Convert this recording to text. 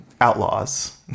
outlaws